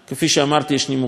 יש נימוקים בעד ונגד,